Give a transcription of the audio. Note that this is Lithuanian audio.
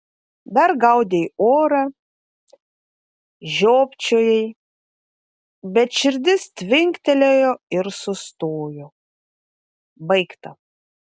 dar gaudei orą žiopčiojai bet širdis tvinktelėjo ir sustojo baigta